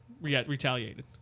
retaliated